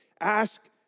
Ask